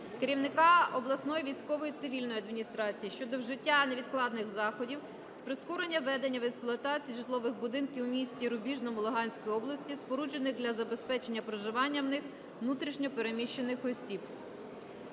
керівника обласної військово-цивільної адміністрації щодо вжиття невідкладних заходів з прискорення введення в експлуатацію житлових будинків у місті Рубіжному Луганської області, споруджених для забезпечення проживання в них внутрішньо переміщених осіб.